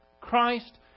Christ